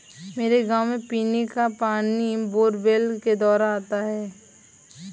मेरे गांव में पीने का पानी बोरवेल के द्वारा आता है